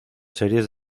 series